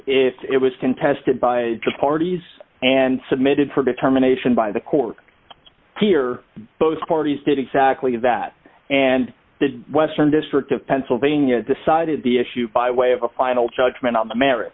if it was contested by the parties and submitted for a determination by the court to or both parties did exactly that and the western district of pennsylvania decided the issue by way of a final judgment on the merit